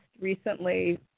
recently